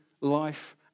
life